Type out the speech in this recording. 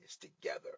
together